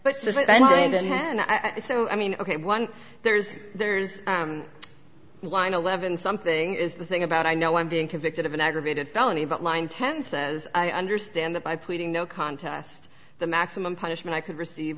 suspended and i so i mean ok one there's there's a line eleven something is the thing about i know i'm being convicted of an aggravated felony but line ten says i understand that by putting no contest the maximum punishment i could receive